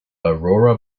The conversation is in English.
aurora